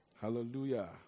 Hallelujah